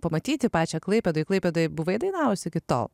pamatyti pačią klaipėdoj klaipėdoj buvai dainavus iki tol